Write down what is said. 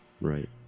Right